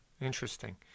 interesting